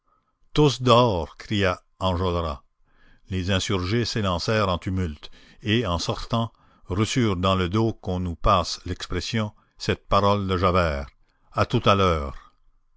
tous dehors cria enjolras les insurgés s'élancèrent en tumulte et en sortant reçurent dans le dos qu'on nous passe l'expression cette parole de javert à tout à l'heure